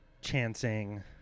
Chancing